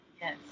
Yes